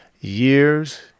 Years